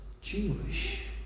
Jewish